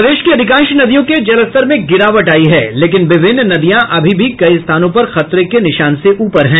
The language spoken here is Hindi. प्रदेश की अधिकांश नदियों के जलस्तर में गिरावट आयी है लेकिन विभिन्न नदियां अभी भी कई स्थानों पर खतरे के निशान से ऊपर है